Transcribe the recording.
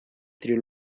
tri